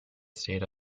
state